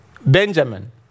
Benjamin